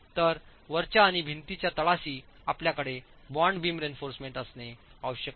तर वरच्या आणि भिंतीच्या तळाशीआपल्याकडे बॉन्ड बीमरीइन्फोर्समेंटअसणे आवश्यक आहे